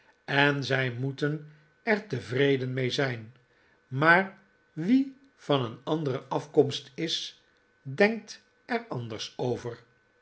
en zij moeten er tevreden mee zijn maar wie van een andere afkomst is denkt er anders over